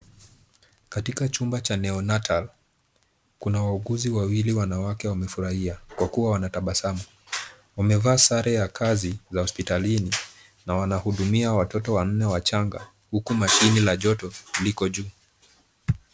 Katika chumba cha Neonatal , kuna wauguzi wawili wanawake wamefurahia kwa kuwa wanatabasamu. Wamevaa sare ya kazi, za hospitalini na wanahudumia watoto wanne wachanga, huku mashine la joto liko juu.